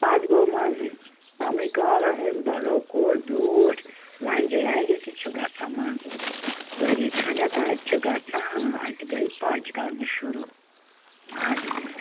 پَتہٕ گوٚو مَنٛزٕ کمٕے کال حظ أمۍ بنوو کُٹھ بیٛوٹھ لَنٛجہ لَنٛجہ تہٕ چھُ گَژھان مَنٛذٕ ؤری کھَنڈَہ تہٕ چھِ گَژھان اَتہِ گیٚیہِ پاچہِ کَنٛذنہِ شُروع ادٕکہِ